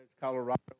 Colorado